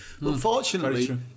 Unfortunately